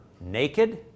naked